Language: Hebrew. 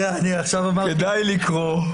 כדאי לקרוא.